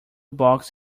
box